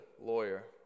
lawyer